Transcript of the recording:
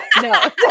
No